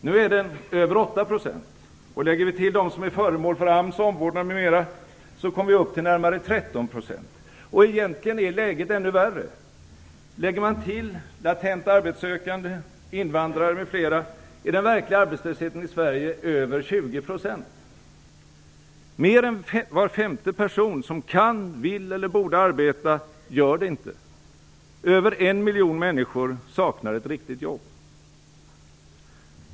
Nu är den över 8 %, och lägger vi till dem som är föremål för AMS omvårdnad m.m. kommer vi upp till närmare Egentligen är läget ännu värre. Lägger man till latent arbetssökande, invandrare m.fl. är den verkliga arbetslösheten i Sverige över 20 %. Mer än var femte person som kan, vill eller borde arbeta gör det inte. Över en miljon människor saknar ett riktigt jobb.